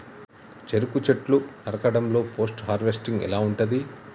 చెరుకు చెట్లు నరకడం లో పోస్ట్ హార్వెస్టింగ్ ఎలా ఉంటది?